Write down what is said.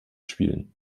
spielen